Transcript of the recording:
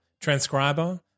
transcriber